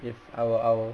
if I were I will